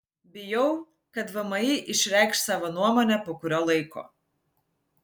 bijau kad vmi išreikš savo nuomonę po kurio laiko